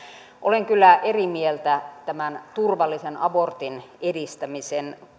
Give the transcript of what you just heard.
olen kyllä eri mieltä tämän turvallisen abortin edistämisen